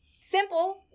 simple